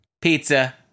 pizza